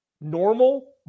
normal